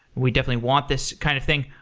we definitely want this kind of thing.